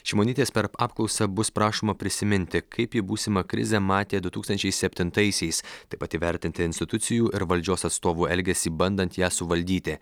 šimonytės per apklausą bus prašoma prisiminti kaip ji būsimą krizę matė du tūkstančiai septintaisiais taip pat įvertinti institucijų ir valdžios atstovų elgesį bandant ją suvaldyti